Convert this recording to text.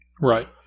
Right